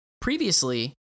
Previously